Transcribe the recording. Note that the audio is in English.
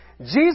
Jesus